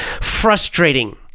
frustrating